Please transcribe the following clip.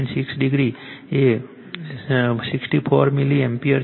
6o a 64o milliampere છે